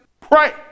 pray